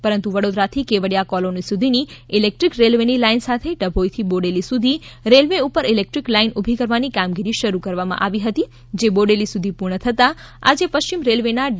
પરંતુ વડોદરાથી કેવડીયા કોલોની સુધી ઇલેક્ટ્રિક રેલવેની લાઈન સાથે ડભોઇથી બોડેલી સુધી રેલ્વે ઉપર ઇલેક્ટ્રિક લાઈન ઊભી કરવાની કામગીરી શરૂ કરવામાં આવી હતી જે બોડેલી સુધી પૂર્ણ થતાં આજે પશ્ચિમ રેલ્વે ના ડી